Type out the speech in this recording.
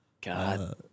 God